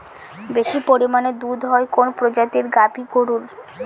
বেশি পরিমানে দুধ হয় কোন প্রজাতির গাভি গরুর?